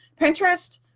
Pinterest